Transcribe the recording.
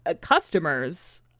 customers